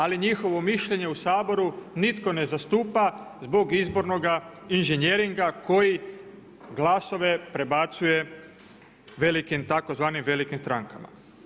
Ali, njihovo mišljenje u Saboru nitko ne zastupa zbog izbornoga inženjeringa koji glasove prebacuje veliki tzv. velikim strankama.